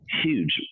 huge